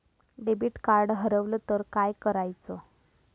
Debit card हरवल तर काय करायच?